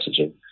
messaging